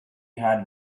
had